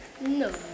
No